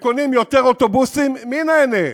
וקונים יותר אוטובוסים, מי נהנה?